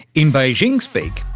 in beijing-speak,